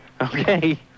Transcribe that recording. Okay